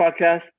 podcast